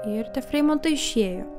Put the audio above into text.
ir tie freimontai išėjo